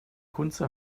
kunze